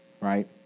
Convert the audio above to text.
right